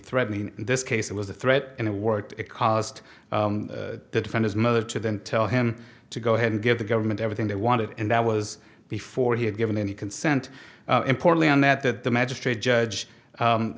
threatening in this case it was a threat in a word it cost to defend his mother to then tell him to go ahead and give the government everything they wanted and that was before he had given any consent importantly on that that the magistrate judge